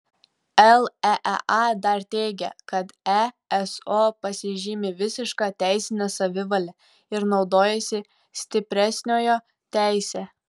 leea dar teigia kad eso pasižymi visiška teisine savivale ir naudojasi stipresniojo teise